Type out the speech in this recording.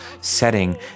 setting